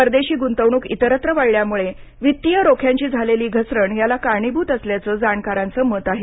परदेशी गुंतवणूक इतरत्र वळल्यामुळे वित्तीय रोख्यांची झालेली घसरण याला कारणीभूत असल्याचं जाणकरांचं मत आहे